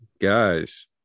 Guys